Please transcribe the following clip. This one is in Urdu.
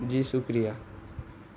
جی شکریہ